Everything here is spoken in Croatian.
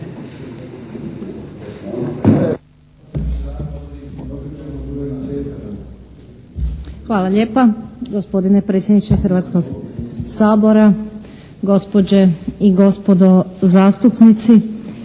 Hvala lijepa. Gospodine predsjedniče Hrvatskog sabora, gospođe i gospodo zastupnici,